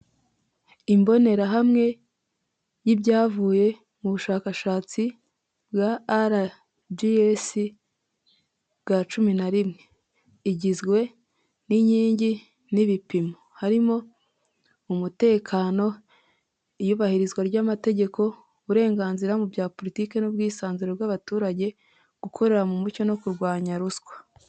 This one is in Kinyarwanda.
Imbonerahamwe yibyavuye mu bushakashatsi bwa RGS, bwa cumi na rimwe. Igizwe n'inkingi n'ibipimo. Harimo umutekano, iyubahirizwa ry'amategeko, uburenganzira mu bya politike n'ubwisanzure bw'abaturage, gukorera mu mucyo no kurwanya ruswa.